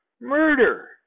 murder